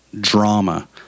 drama